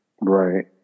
Right